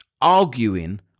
arguing